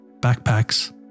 backpacks